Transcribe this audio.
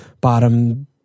bottom